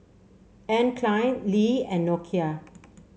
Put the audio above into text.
Anne Klein Lee and Nokia